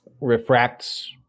refracts